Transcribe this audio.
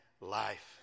life